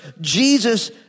Jesus